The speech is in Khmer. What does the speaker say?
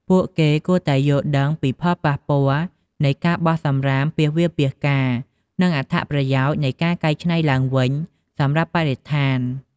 ពួកគេគួរតែយល់ដឹងពីផលប៉ះពាល់នៃការបោះសំរាមពាសវាលពាសកាល និងអត្ថប្រយោជន៍នៃការកែច្នៃឡើងវិញសម្រាប់បរិស្ថាន។